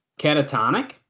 Catatonic